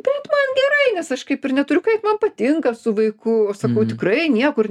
bet man gerai nes aš kaip ir neturiu kaip man patinka su vaiku aš sakau tikrai niekur